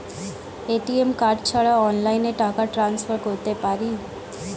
ATM card ছাড়া অনলাইনে টাকা টান্সফার করতে পারি?